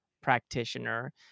practitioner